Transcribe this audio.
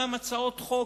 גם הצעות חוק,